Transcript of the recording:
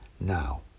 Now